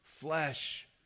flesh